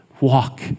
Walk